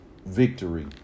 Victory